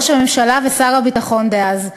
ראש הממשלה ושר הביטחון דאז,